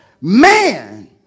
man